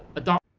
a dog.